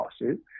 lawsuit